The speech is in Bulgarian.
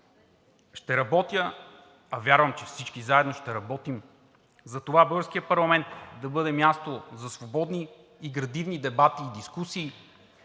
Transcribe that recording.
Ще работя, а вярвам, че и всички заедно ще работим за това българският парламент да бъде място за свободни и градивни дебати и дискусии,